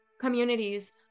communities